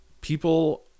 people